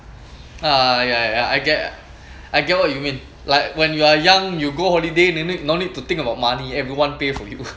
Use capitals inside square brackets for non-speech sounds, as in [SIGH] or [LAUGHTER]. uh I I get I get what you mean like when you are young you go holiday no need no need to think about money everyone pay for you [LAUGHS]